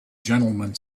gentlemen